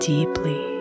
Deeply